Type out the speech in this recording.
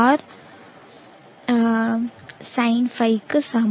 க்கு சமம்